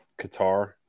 Qatar